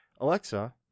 Alexa